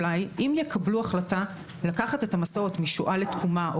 אולי אם יקבלו החלטה לקחת את המסעות משואה לתקומה או